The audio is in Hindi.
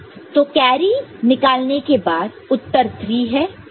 तो कैरी निकालने के बाद उत्तर 3 है